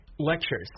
Lectures